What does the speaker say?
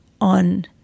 on